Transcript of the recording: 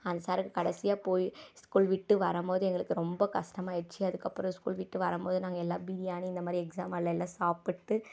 அந்தச் சாருக்கு கடைசியா போய் ஸ்கூல் விட்டு வரும் போது எங்களுக்கு ரொம்ப கஷ்டமாக ஆயிருச்சு அதுக்கப்புறோம் ஸ்கூல் விட்டு வரும் போது நாங்கள் எல்லாம் பிரியாணி இந்தமாதிரி எக்ஸாம் ஹாலில் எல்லாம் சாப்பிட்டு